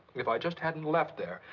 if i just hadn't left there,